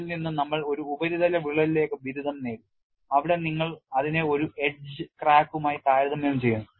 ഇതിൽ നിന്ന് നമ്മൾ ഒരു ഉപരിതല വിള്ളലിലേക്ക് ബിരുദം നേടി അവിടെ നിങ്ങൾ അതിനെ ഒരു എഡ്ജ് ക്രാക്കുമായി താരതമ്യം ചെയ്യുന്നു